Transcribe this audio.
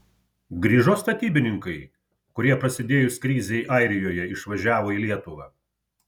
grįžo statybininkai kurie prasidėjus krizei airijoje išvažiavo į lietuvą